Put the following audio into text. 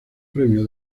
premio